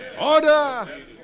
Order